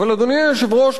אדוני היושב-ראש,